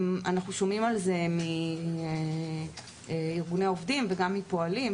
אנחנו גם שומעים על זה מארגוני עובדים וגם מפועלים,